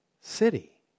city